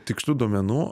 tikslių duomenų